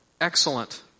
excellent